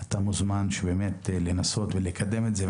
אתה מוזמן לנסות לקדם את זה.